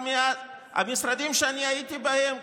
המשרדים שאני הייתי בהם,